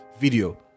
video